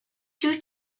two